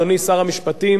אדוני שר המשפטים,